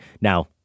Now